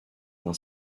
d’un